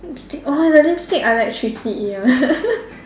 lipstick oh the lipstick I like three C E ah